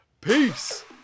peace